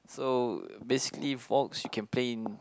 so basically Vox you can play in